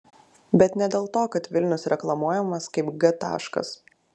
bet ne dėl to kad vilnius reklamuojamas kaip g taškas